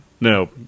No